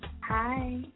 Hi